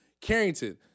Carrington